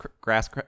grass